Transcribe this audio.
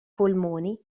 polmoni